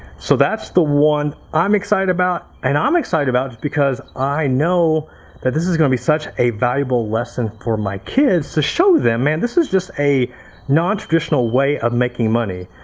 so that's the one i'm excited about, and i'm excited just because i know that this is gonna be such a valuable lesson for my kids to show them and this is just a non-traditional way of making money.